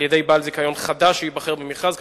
על-ידי בעל זיכיון חדש שייבחר במכרז,